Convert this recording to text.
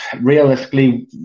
Realistically